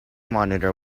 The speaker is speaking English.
monitor